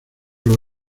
los